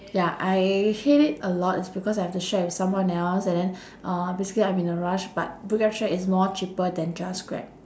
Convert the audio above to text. ya I hate it a lot is because I have to share with someone else and then uh basically I'm in a rush but grab share is more cheaper than just grab